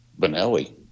Benelli